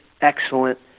excellent